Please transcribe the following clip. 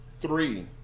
three